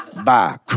Bye